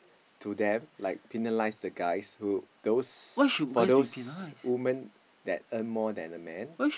to them like penalize the guys who those for those woman that earn more than a man